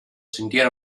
sentire